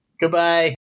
Goodbye